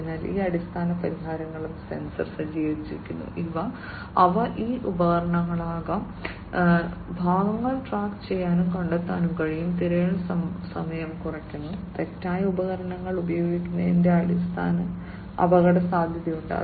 അതിനാൽ ഈ അടിസ്ഥാന പരിഹാരങ്ങളും സെൻസർ സജ്ജീകരിച്ചിരിക്കുന്നു അവ ഈ ഉപകരണങ്ങളാകാം ഭാഗങ്ങൾ ട്രാക്ക് ചെയ്യാനും കണ്ടെത്താനും കഴിയും തിരയൽ സമയം കുറയുന്നു തെറ്റായ ഉപകരണങ്ങൾ ഉപയോഗിക്കുന്നതിനുള്ള അപകടസാധ്യതയുണ്ട്